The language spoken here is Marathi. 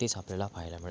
तेच आपल्याला पहायला मिळ